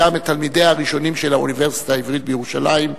היה מתלמידיה הראשונים של האוניברסיטה העברית בירושלים,